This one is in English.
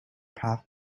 path